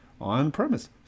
On-premise